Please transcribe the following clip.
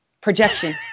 Projection